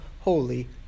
holy